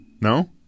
No